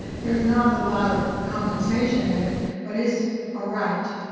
there's not a lot of compensation, and ah but it's a right.